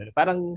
parang